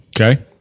Okay